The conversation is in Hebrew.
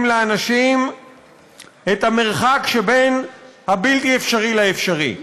לאנשים את המרחק שבין הבלתי-אפשרי לאפשרי.